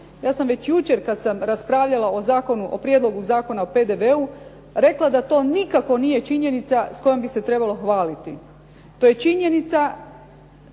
Ja sam već jučer kad sam raspravljala o Prijedlogu zakona o PDV-u rekla da to nikako nije činjenica s kojom bi se trebalo hvaliti. To je činjenica